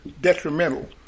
detrimental